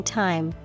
time